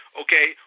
okay